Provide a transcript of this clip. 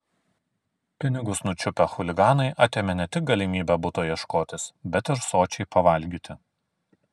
pinigus nučiupę chuliganai atėmė ne tik galimybę buto ieškotis bet ir sočiai pavalgyti